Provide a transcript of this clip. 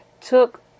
took